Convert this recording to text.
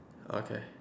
okay